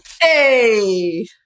Hey